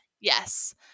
Yes